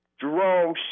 Jerome